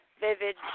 vivid